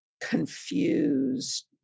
confused